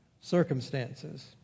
circumstances